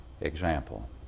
example